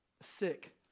Sick